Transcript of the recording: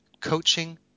coaching